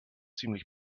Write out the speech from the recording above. ziemlich